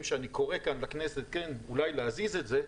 שאני קורא כאן לכנסת אולי להזיז את זה: